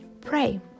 Pray